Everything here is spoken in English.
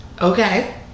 Okay